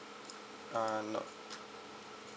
uh nope